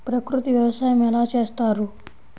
ప్రకృతి వ్యవసాయం ఎలా చేస్తారు?